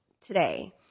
today